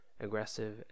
aggressive